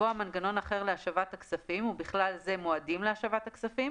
לקבוע מנגנון אחר להשבת הכספים ובכלל זה מועדים להשבת הכספים,